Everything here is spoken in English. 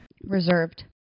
reserved